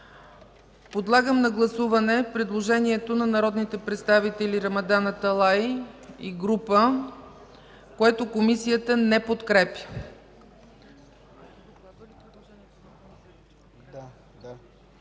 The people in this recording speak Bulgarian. Подлагам на гласуване предложението на народните представители Рамадан Аталай и група, което Комисията не подкрепя.